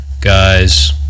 guys